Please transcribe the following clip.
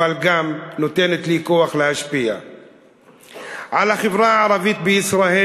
אבל גם נותנת לי כוח להשפיע על החברה הישראלית